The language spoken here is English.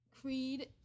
Creed